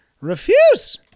refuse